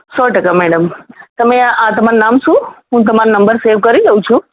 સો ટકા મૅડમ તમે આ તમારું નામ શું હું તમારો નંબર સેવ કરી લઊં છું